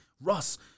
Russ